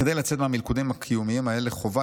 "כדי לצאת מהמלכודים הקיומיים האלה חובה